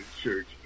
church